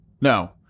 no